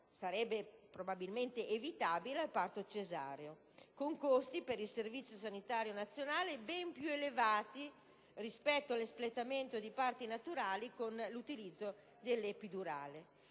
sarebbe evitabile, al parto cesareo, con costi per il Servizio sanitario nazionale ben più elevati rispetto all'espletamento di parti naturali con l'utilizzo dell'epidurale.